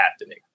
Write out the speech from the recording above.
happening